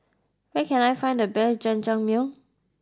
where can I find the best Jajangmyeon